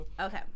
Okay